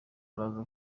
araza